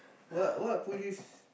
what what police